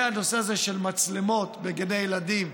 והנושא הזה של מצלמות בגני ילדים,